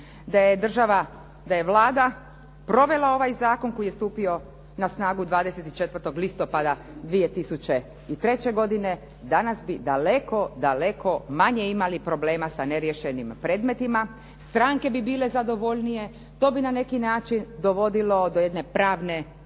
da je država, da je Vlada provela ovaj zakon koji je stupio na snagu 24. listopada 2004. godine danas bi daleko, daleko manje imali problema sa neriješenim predmetima, stranke bi bile zadovoljnije, to bi na neki način dovodilo do jedne pravne sigurnosti.